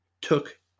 took